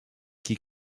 qui